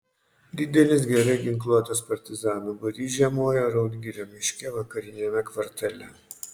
didelis gerai ginkluotas partizanų būrys žiemojo raudgirio miške vakariniame kvartale